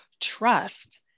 trust